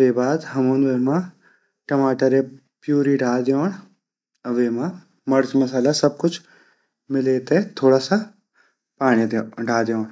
वेगा बाद हमुन वेमा टमाटरे प्यूरी ढाल दयोंड अर वेमा मर्च मसाला सब कुछ मिले ते पांडी ढाल दयोंड।